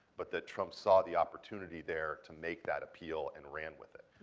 but that trump saw the opportunity there to make that appeal, and ran with it,